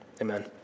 Amen